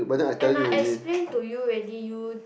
and I explain to you ready you